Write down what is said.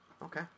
Okay